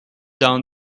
down